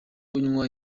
unywa